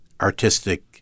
artistic